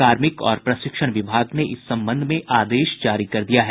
कार्मिक और प्रशिक्षण विभाग ने इस संबंध में आदेश जारी कर दिया है